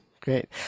great